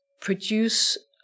produce